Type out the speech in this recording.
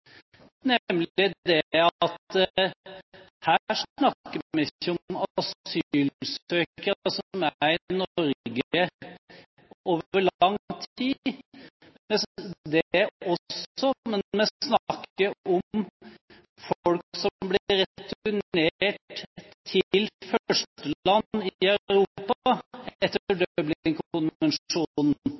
at her snakker vi ikke bare om asylsøkere som er i Norge over lang tid, men vi snakker om folk som blir returnert til førsteland i Europa etter